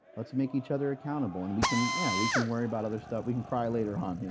let's make each other accountable. and we can, yeah, we can worry about other stuff. we can cry later on,